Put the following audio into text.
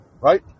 Right